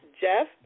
Jeff